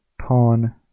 pawn